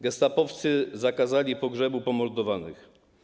Gestapowcy zakazali pogrzebu pomordowanych.